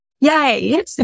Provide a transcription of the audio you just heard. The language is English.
yay